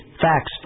facts